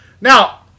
Now